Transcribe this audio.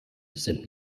sind